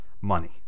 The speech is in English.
Money